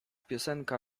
piosenka